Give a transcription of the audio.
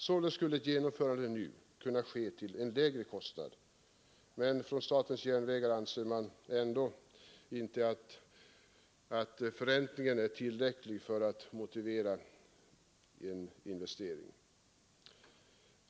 Således skulle ett genomförande nu kunna ske till en lägre kostnad, men SJ anser ändå att förräntningen inte är tillräcklig för att motivera investeringen.